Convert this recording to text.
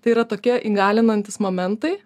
tai yra tokie įgalinantys momentai